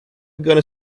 going